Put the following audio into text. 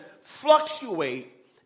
fluctuate